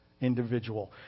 individual